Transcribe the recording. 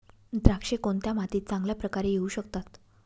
द्राक्षे कोणत्या मातीत चांगल्या प्रकारे येऊ शकतात?